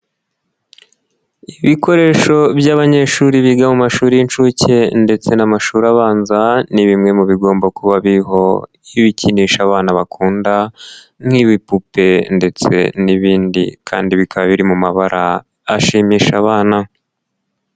Ibikoresho by'abanyeshuri biga mu mashuri y'inshuke ndetse n'amashuri abanza, ni bimwe mu bigomba kuba biririho ikinisha abana bakunda nk'ibipupe ndetse n'ibindi kandi bikaba biri mu mabara ashimisha abana.